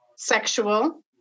Sexual